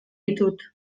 ditut